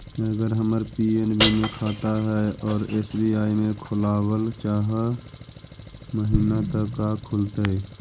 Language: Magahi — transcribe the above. अगर हमर पी.एन.बी मे खाता है और एस.बी.आई में खोलाबल चाह महिना त का खुलतै?